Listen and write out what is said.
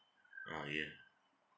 ah yeah